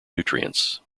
nutrients